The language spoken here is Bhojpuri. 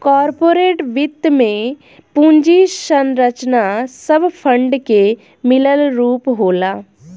कार्पोरेट वित्त में पूंजी संरचना सब फंड के मिलल रूप होला